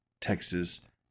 Texas